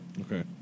Okay